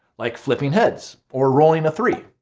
like flipping heads, or rolling a three.